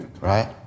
right